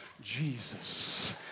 Jesus